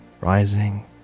rising